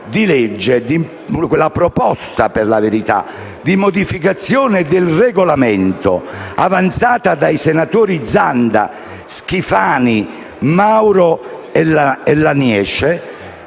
proposta di modificazione del Regolamento avanzata dai senatori Zanda, Schifani, Mario Mauro e Laniece,